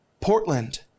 Portland